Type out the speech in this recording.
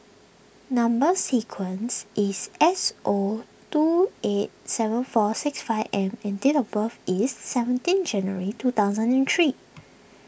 Number Sequence is S O two eight seven four six five M and date of birth is seventeen January two thousand and three